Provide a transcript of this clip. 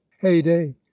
heyday